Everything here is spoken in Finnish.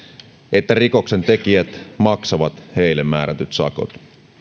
että rikoksentekijät maksavat heille määrätyt sakot